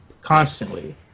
Constantly